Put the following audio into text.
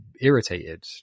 irritated